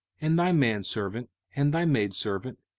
and thy manservant, and thy maidservant,